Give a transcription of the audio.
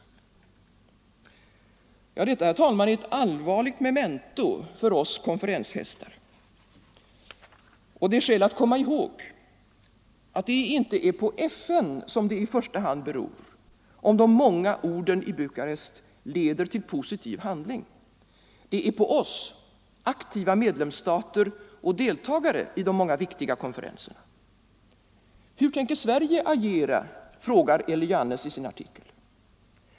Herr talman! Detta är ett allvarligt memento för oss konferenshästar. Och det är skäl att komma ihåg att det inte är på FN det i första hand beror, om de många orden i Bukarest leder till positiv handling, det är på oss aktiva medlemsstater och deltagare i de många viktiga konferenserna. Hur tänker Sverige agera, frågar Elly Jannes i sin artikel.